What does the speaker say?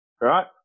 Right